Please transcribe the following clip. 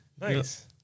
Nice